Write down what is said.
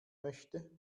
möchte